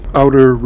outer